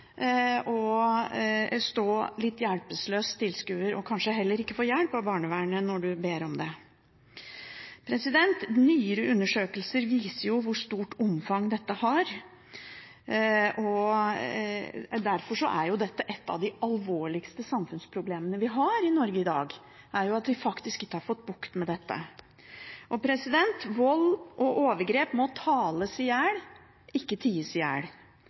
stå som en litt hjelpeløs tilskuer og kanskje heller ikke få hjelp av barnevernet når man ber om det. Nyere undersøkelser viser hvor stort omfang dette har, og derfor er dette et av de alvorligste samfunnsproblemene vi har i Norge i dag. Vi har faktisk ikke fått bukt med dette. Vold og overgrep må tales i hjel – ikke ties i hjel.